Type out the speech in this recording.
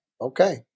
Okay